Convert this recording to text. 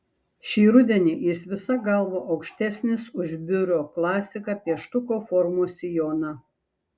šį rudenį jis visa galva aukštesnis už biuro klasiką pieštuko formos sijoną